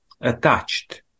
attached